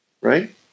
Right